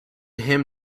him